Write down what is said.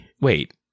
Wait